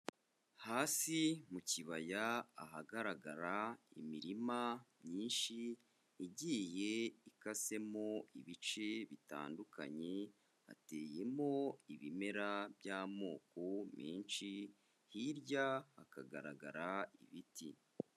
Hasi mu kibaya ahagaragara imirima myinshi igiye ikasemo ibice bitandukanye, hateyemo ibimera by'amoko menshi, hirya hakagaragara ibiti.